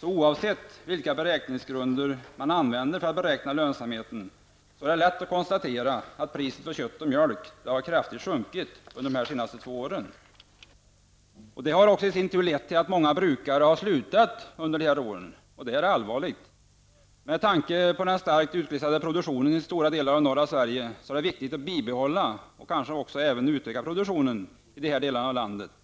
Så oavsett vilka grunder man använder för att beräkna lönsamheten, är det lätt att konstatera att priset på kött och mjölk har sjunkit kraftigt under de senaste två åren. Detta har i sin tur lett till att många brukare har slutat under dessa år, och detta är allvarligt. Med tanke på den starkt utglesade produktionen i stora delar av norra Sverige är det viktigt att bibehålla och kanske även utöka produktionen i dessa delar av landet.